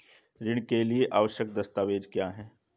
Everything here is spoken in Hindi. ऋण के लिए आवश्यक दस्तावेज क्या हैं?